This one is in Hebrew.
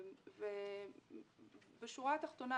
בשורה התחתונה,